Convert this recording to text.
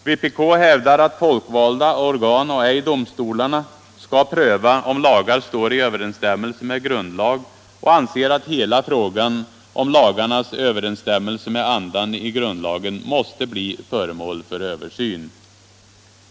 Vpk hävdar att folkvalda organ och ej domstolarna skall pröva om lagar står i överensstämmelse med grundlag och anser att hela frågan om lagarnas överensstämmelse med andan i grundlagen måste bli föremål för översyn.